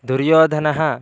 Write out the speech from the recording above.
दुर्योधनः